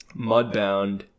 Mudbound